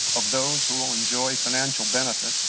of those who will enjoy financial benefit,